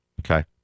Okay